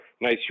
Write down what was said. nice